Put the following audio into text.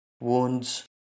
wounds